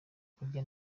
kurya